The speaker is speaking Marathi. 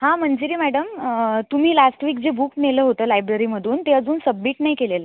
हा मंजिरी मॅडम तुम्ही लास्ट वीक जे बुक नेलं होतं लायब्ररीमधून ते अजून सबमिट नाही केलेलं